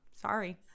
Sorry